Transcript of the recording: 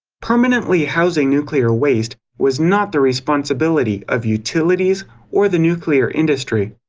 permanently housing nuclear waste was not the responsibility of utilities or the nuclear industry.